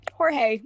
Jorge